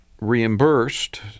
reimbursed